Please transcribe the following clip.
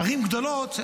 ערים גדולות.